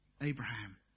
Abraham